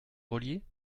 grelier